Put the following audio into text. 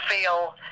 feel